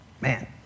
Man